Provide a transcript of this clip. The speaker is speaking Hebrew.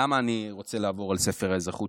למה אני רוצה לעבור על ספר האזרחות?